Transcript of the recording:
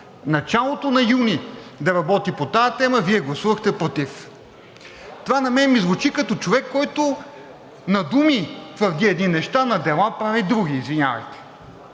началото на юни да работи по тази тема, Вие гласувахте против. Това на мен ми звучи като човек, който на думи твърди едни неща, на дела прави други, извинявайте.